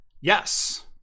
Yes